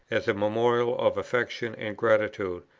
as a memorial of affection and gratitude,